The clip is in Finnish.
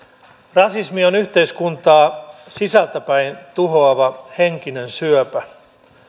rasismi on yhteiskuntaa sisältä päin tuhoava henkinen syöpä